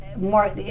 More